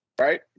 right